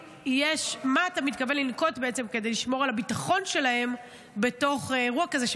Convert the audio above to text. מה אתה מתכוון לנקוט כדי לשמור על הביטחון שלהן באירוע כזה,